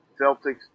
Celtics